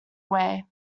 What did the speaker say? away